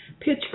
Pitch